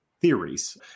theories